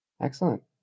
Excellent